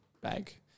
bag